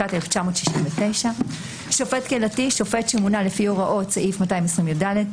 התשכ״ט-1969; ״שופט קהילתי״ שופט שמונה לפי הוראות סעיף 220יד,